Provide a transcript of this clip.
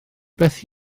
beth